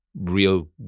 real